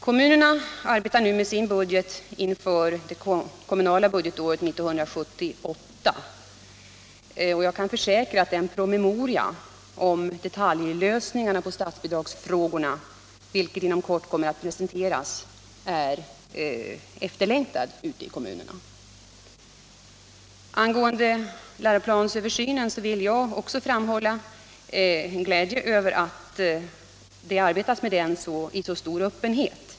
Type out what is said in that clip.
Kommunerna arbetar nu med sin budget inför det kommunala budgetåret 1978. Jag kan försäkra att den promemoria om detaljlösningarna på statsbidragsfrågorna som inom kort kommer att presenteras är efterlängtad ute i kommunerna. Angående läroplansöversynen vill jag framhålla min glädje över att det arbetas med den i så stor öppenhet.